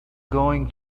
going